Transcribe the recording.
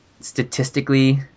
statistically